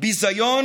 ביזיון